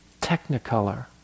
technicolor